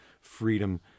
freedom